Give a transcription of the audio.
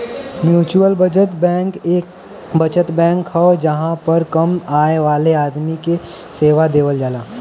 mutual बचत bank एक बचत बैंक हो जहां पर कम आय वाले आदमी के सेवा देवल जाला